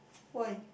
why